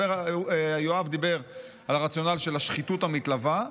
יואב דיבר על הרציונל של השחיתות המתלווה,